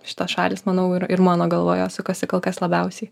šitos šalys manau ir ir mano galvoje sukasi kol kas labiausiai